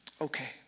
okay